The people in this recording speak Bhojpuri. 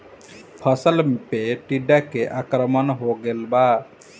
फसल पे टीडा के आक्रमण हो गइल बा?